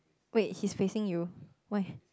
wait he's facing you why